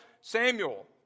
Samuel